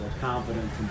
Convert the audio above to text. confidence